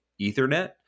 Ethernet